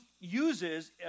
uses